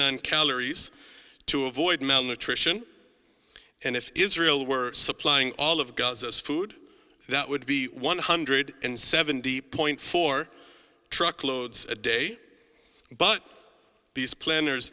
nine calories to avoid malnutrition and if israel were supplying all of gaza's food that would be one hundred and seventy point four truckloads a day but these planners